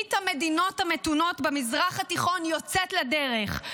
ברית המדינות המתונות במזרח התיכון יוצאת לדרך.